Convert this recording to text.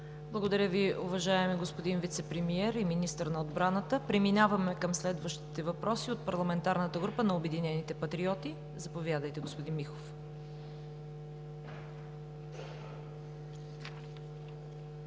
Благодаря Ви, уважаеми господин Вицепремиер и министър на отбраната. Преминаваме към следващите въпроси от Парламентарната група на „Обединените патриоти“. Заповядайте, господин Михов.